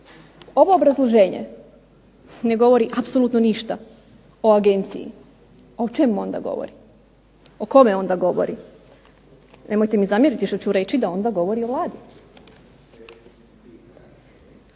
ovo obrazloženje ne govori apsolutno ništa o Agenciji o čemu onda govori, o kome onda govori. Nemojte mi zamjeriti što ću reći da onda govori o Vladi.